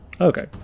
okay